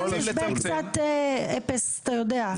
נשמע לי הסבר קצת אפס, אתה יודע.